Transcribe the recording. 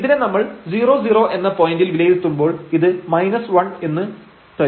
ഇതിനെ നമ്മൾ 00 എന്ന പോയന്റിൽ വിലയിരുത്തുമ്പോൾ ഇത് 1 എന്ന് തരും